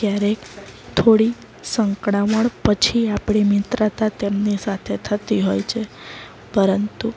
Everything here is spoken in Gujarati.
ક્યારેક થોડી સંકળામણ પછી આપણી મિત્રતા તેમની સાથે થતી હોય છે પરંતુ